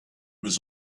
was